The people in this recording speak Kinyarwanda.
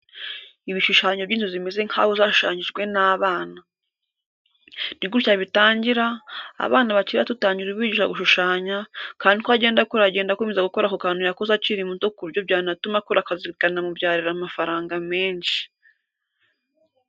Ibishushanyo by'inzu zimeze nkaho zashushanyijwe n'abana. Ni gutya bitangira, abana bakiri bato utangira ubigisha gushushanya, kandi uko agenda akura agenda akomeza gukora ako kantu yakoze akiri muto ku buryo byanatuma akora akazi bikanamubyarira amafaranga menshi.